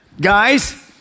guys